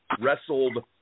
wrestled